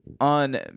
on